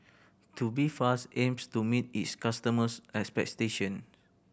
tubifast aims to meet its customers' expectation